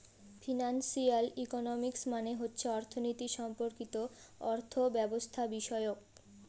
financial economics মানে হচ্ছে অর্থনীতি সম্পর্কিত অর্থব্যবস্থাবিষয়ক